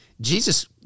Jesus